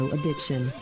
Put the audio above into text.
Addiction